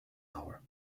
hour